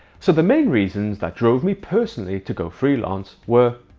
so the main reasons that drove me personally to go freelance were,